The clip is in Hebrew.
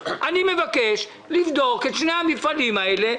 אני מבקש לבדוק את שני המפעלים האלה,